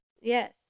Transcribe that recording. Yes